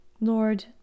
Lord